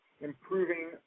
improving